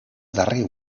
darrer